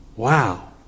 Wow